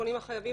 כשפונים החייבים,